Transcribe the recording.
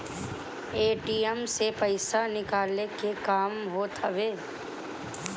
ATM से पईसा निकाले के काम होत हवे